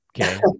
okay